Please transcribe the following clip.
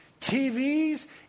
TVs